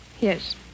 Yes